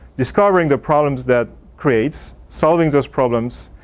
discovering the problems that creates, solving those problems,